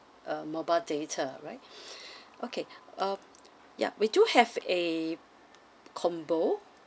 um mobile data right okay um yeah we do have a combo